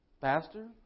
Pastor